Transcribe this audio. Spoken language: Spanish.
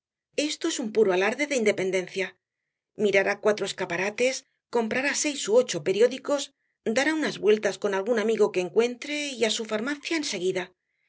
esto es un puro alarde de independencia mirará cuatro escaparates comprará seis ú ocho periódicos dará unas vueltas con algún amigo que encuentre y á su farmacia